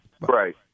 Right